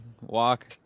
Walk